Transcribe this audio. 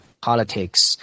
Politics